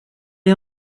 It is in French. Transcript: est